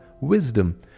wisdom